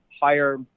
higher